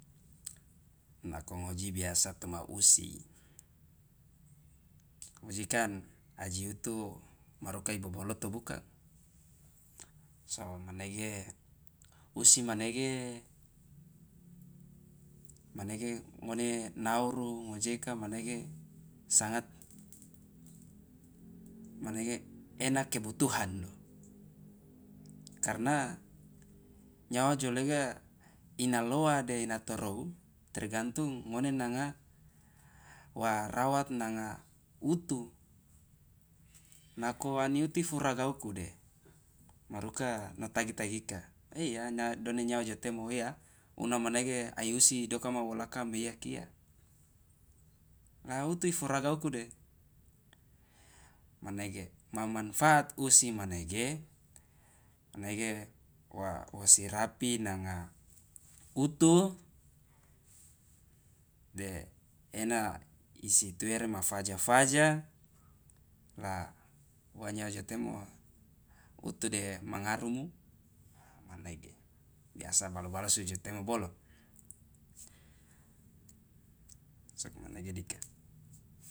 Nako ngoji biasa toma usi ngoji kan aji utu iboboloto bukang so manege usi manege manege ngone nauru ngoujeka manege sangat manege ena kebutuhan karna nyawa jo lega ina loa de ina torou tergantung ngone nanga wa rawat nanga utu nako ani utu ifuraga uku de maruka no tagi tagika e ya done nyawa jo temo ya una manege ai usi dokama wolaka meiya kia la utu ifuraga uku de manege mamanfaat usi manege manege wosi rapi nanga utu de ena isi tuere ma faja faja la uwa nyawa jo temo utu de mangarumu a manege biasa balu balusu jo temo bolo sokomanege dika.